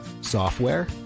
software